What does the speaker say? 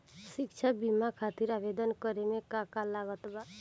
शिक्षा बीमा खातिर आवेदन करे म का का लागत बा?